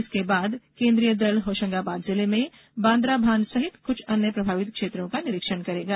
इसके बाद केन्द्रीय दल होशंगाबाद जिले में बान्द्राभान सहित कुछ अन्य प्रभावित क्षेत्रों का निरीक्षण करेगा